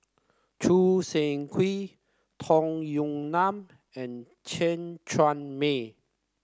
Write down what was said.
Choo Seng Quee Tong Yue Nang and Chen Chuan Mei